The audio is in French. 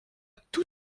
tout